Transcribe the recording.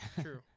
True